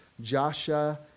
Joshua